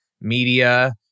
media